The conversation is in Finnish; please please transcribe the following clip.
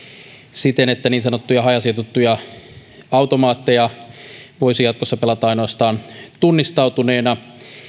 siten että niin sanottuja hajasijoitettuja automaatteja voisi jatkossa pelata ainoastaan tunnistautuneena